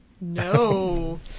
No